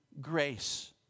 grace